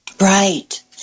Right